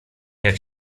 jak